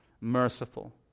merciful